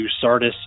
Sardis